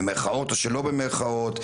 במרכאות או שלא במרכאות,